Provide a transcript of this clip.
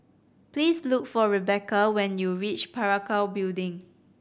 please look for Rebecca when you reach Parakou Building